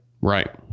Right